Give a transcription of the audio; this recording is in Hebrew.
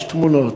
יש תמונות,